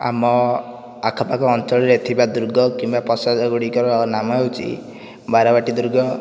ଆମ ଆଖପାଖ ଅଞ୍ଚଳରେ ଥିବା ଦୁର୍ଗ କିମ୍ବା ପ୍ରସାଦ ଗୁଡ଼ିକର ନାମ ହେଉଛି ବାରବାଟୀ ଦୁର୍ଗ